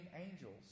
angels